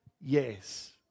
yes